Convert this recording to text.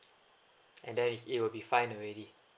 and that is it will be fine already